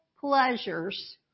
pleasures